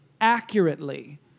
accurately